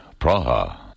Praha